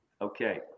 Okay